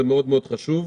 זה מאוד מאוד חשוב,